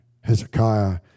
Hezekiah